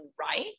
right